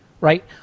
right